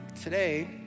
today